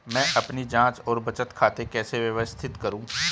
मैं अपनी जांच और बचत खाते कैसे व्यवस्थित करूँ?